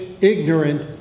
ignorant